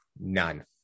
None